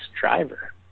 driver